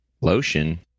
Lotion